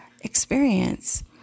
experience